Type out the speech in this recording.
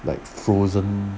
like frozen